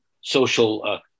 social